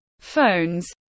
phones